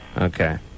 Okay